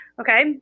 okay